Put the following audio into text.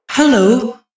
Hello